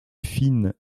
fine